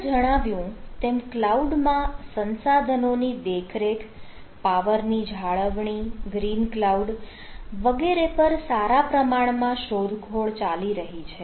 આગળ જણાવ્યું તેમ કલાઉડ માં સંસાધનો ની દેખરેખ પાવર ની જાળવણી ગ્રીન ક્લાઉડ વગેરે પર સારા પ્રમાણમાં શોધખોળ ચાલી રહી છે